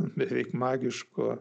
beveik magiško